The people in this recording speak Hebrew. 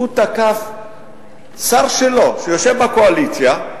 הוא תקף שר שלו שיושב בקואליציה,